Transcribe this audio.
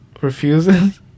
Refuses